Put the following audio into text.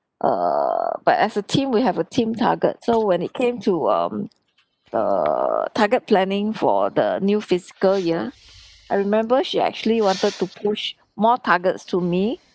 err but as a team we have a team target so when it came to um the target planning for the new fiscal year I remember she actually wanted to push more targets to me